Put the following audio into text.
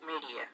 Media